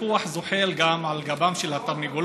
לנסות סיפוח זוחל גם על גבן של התרנגולות,